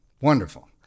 Wonderful